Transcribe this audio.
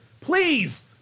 please